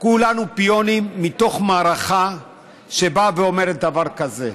כולנו פיונים בתוך מערכה שאומרת דבר כזה: